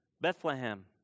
Bethlehem